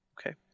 Okay